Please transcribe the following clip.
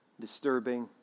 disturbing